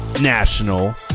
national